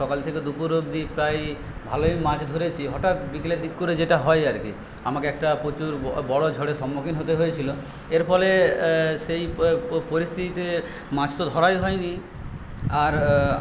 সকাল থেকে দুপুর অবধি প্রায় ভালোই মাছ ধরেছি হঠাৎ বিকেলের দিক করে যেটা হয় আর কি আমাকে একটা প্রচুর বড়ো ঝড়ের সম্মুখীন হতে হয়েছিলো এর ফলে সেই পরিস্থিতিতে মাছ তো ধরাই হয়নি আর